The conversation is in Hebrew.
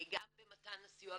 גם במתן הסיוע,